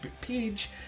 page